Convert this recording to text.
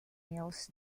meals